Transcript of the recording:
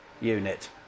unit